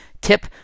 tip